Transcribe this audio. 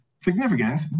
significant